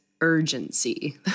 urgency